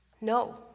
no